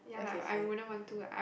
okay okay